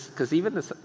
cause even this,